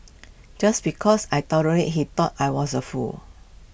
just because I tolerated he thought I was A fool